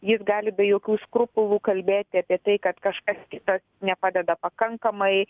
jis gali be jokių skrupulų kalbėti apie tai kad kažkas kitas nepadeda pakankamai